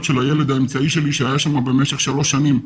של הילד האמצעי שלי שהיה שם במשך שלוש שנים.